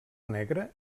negra